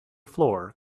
floor